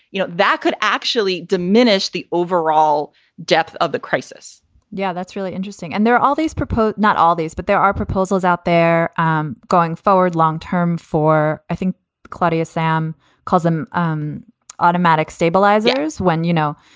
you know, that could actually diminish the overall depth of the crisis yeah, that's really interesting. and there are all these proposed, not all these, but there are proposals out there um going forward long term for i think claudia sam calls them um automatic stabilizers when you know,